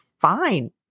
fine